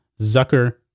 Zucker